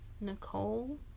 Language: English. Nicole